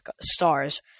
stars